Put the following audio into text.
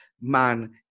man